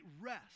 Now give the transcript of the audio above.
rest